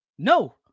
No